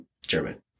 German